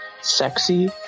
sexy